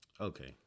Okay